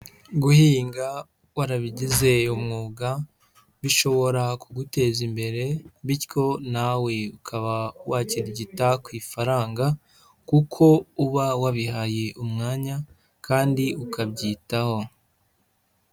Guhinga warabigize umwuga bishobora kuguteza imbere bityo nawe ukaba wakirigita ku ifaranga kuko uba wabihaye umwanya kandi ukabyitaho.